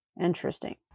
Interesting